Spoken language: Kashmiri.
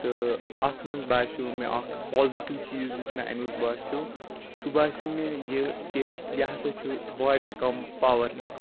تہٕ اَتھ منٛز باسیو مےٚ اکھ پازِٹیوٗ چیٖز یُس مےٚ أمیُک باسیو سُہ باسیو مےٚ یہِ کہ یہِ ہسا چھُ واریاہ کم پاور نِوان